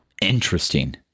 interesting